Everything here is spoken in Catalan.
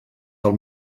del